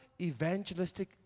evangelistic